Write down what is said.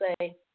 say